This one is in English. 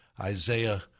Isaiah